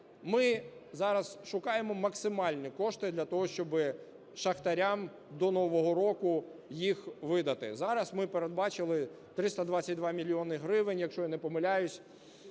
Ми зараз шукаємо максимальні кошти для того, щоб шахтарям до Нового року їх видати. Зараз ми передбачили 322 мільйони гривень, якщо я не помиляюсь,